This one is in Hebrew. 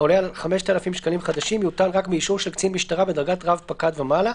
העולה על 5,000 ש"ח יוטל רק באישור של קצין משטרה בדרגת רב פקד ומעלה".